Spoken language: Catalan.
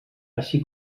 així